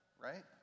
right